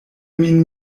min